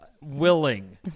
willing